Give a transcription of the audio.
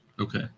Okay